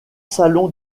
salon